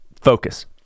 focus